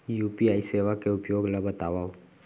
UPI सेवा के उपयोग ल बतावव?